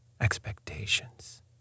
expectations